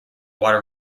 water